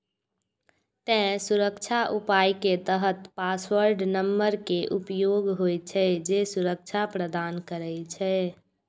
तें सुरक्षा उपाय के तहत पासवर्ड नंबर के उपयोग होइ छै, जे सुरक्षा प्रदान करै छै